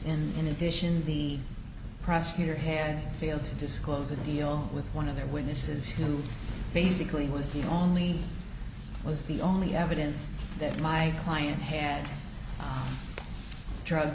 and in addition the prosecutor had failed to disclose a deal with one of the witnesses who basically was the only was the only evidence that my client had drug